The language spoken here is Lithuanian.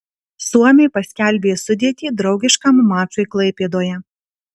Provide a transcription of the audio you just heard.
suomiai paskelbė sudėtį draugiškam mačui klaipėdoje